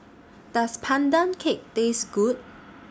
Does Pandan Cake Taste Good